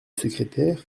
secrétaire